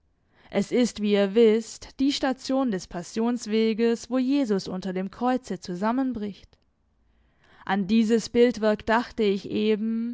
es ist wie ihr wißt die station des passionsweges wo jesus unter dem kreuze zusammenbricht an dieses bildwerk dachte ich eben